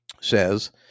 says